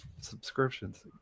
subscriptions